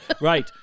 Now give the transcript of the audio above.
Right